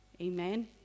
amen